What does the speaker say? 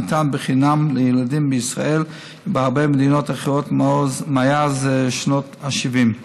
הניתן חינם לילדים בישראל ובהרבה מדינות אחרות מאז שנות ה-70.